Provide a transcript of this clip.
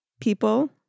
people